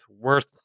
worth